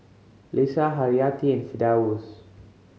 Lisa Haryati and Firdaus